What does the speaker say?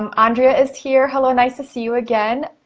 um andrea is here. hello, nice to see you again.